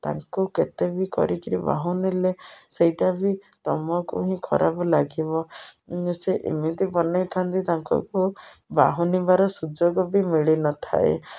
ତାଙ୍କୁ କେତେ ବି କରିକିରି ବାହୁନିଲେ ସେଇଟା ବି ତୁମକୁ ହିଁ ଖରାପ ଲାଗିବ ସେ ଏମିତି ବନାଇଥାନ୍ତି ତାଙ୍କକୁ ବାହୁନିବାର ସୁଯୋଗ ବି ମିଳିନଥାଏ